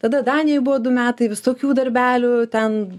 tada danijoj buvo du metai visokių darbelių ten